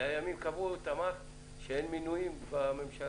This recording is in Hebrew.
100 ימים קבעו, תמר, שאין מינויים בממשלה?